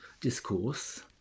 discourse